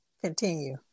continue